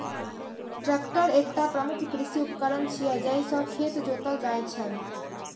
tractor एकटा प्रमुख कृषि उपकरण छियै, जइसे खेत जोतल जाइ छै